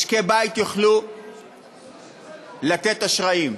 משקי-בית יוכלו לתת אשראי.